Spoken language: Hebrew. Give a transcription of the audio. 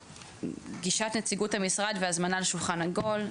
גישת נציגות המשרד והזמנה לשולחן עגול.